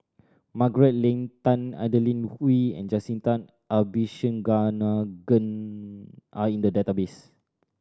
Margaret Leng Tan Adeline Ooi and Jacintha Abisheganaden are in the database